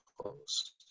close